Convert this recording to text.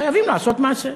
חייבים לעשות מעשה.